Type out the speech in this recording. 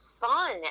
fun